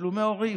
מתשלומי ההורים: